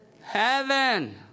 heaven